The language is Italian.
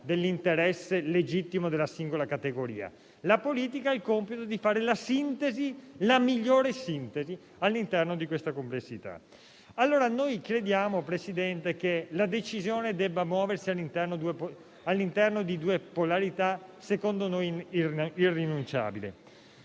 o l'interesse legittimo della singola categoria. La politica ha il compito di operare la migliore sintesi all'interno di questa complessità. Presidente, crediamo che la decisione debba muoversi all'interno di due polarità, secondo noi, irrinunciabili.